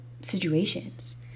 situations